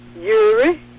Yuri